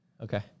Okay